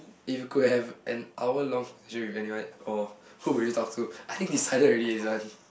if you could have an hour long journey with anyone or who will you talk to I think decided already this one